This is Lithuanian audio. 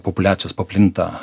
populiacijos paplinta